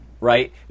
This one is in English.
right